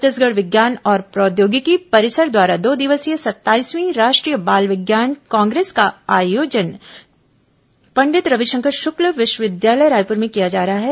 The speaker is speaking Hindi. छत्तीसगढ़ विज्ञान और प्रौद्योगिकी परिसर द्वारा दो दिवसीय सत्ताईसवीं राष्ट्रीय बाल विज्ञान कांग्रेस का आयोजन पंडित रविशंकर शुक्ल विश्वविद्यालय रायपुर में किया जा रहा है